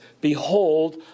Behold